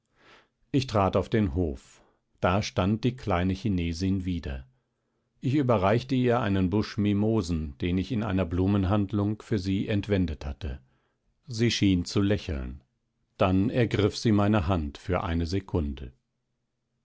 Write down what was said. ich trat auf den hof da stand die kleine chinesin wieder ich überreichte ihr einen busch mimosen den ich in einer blumenhandlung für sie entwendet hatte sie schien zu lächeln dann ergriff sie meine hand für eine sekunde